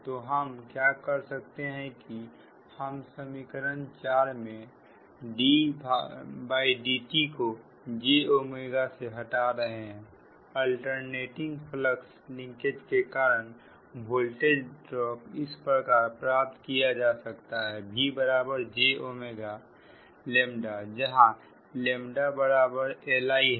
तो हम क्या कर सकते हैं कि हम समीकरण 4 में ddtको j से हटा रहे हैंअल्टरनेटिंग फ्लक्स लिंकेज के कारण वोल्टेज ड्रॉप इस प्रकार प्राप्त किया जा सकता है Vj जहां लेम्डा बराबर LI है